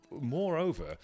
moreover